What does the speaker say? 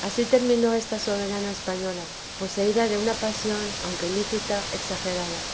asi terminó esta soberana española poseida de una pasión aunque lícita exagerada